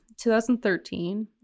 2013